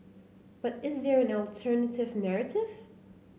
but is there an alternative narrative